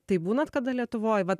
tai būnat kada lietuvoj vat